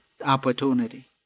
opportunity